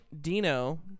dino